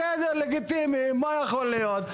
בסדר, לגיטימי, מה יכול להיות?